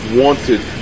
wanted